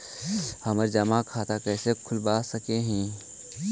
हम जमा खाता कैसे खुलवा सक ही?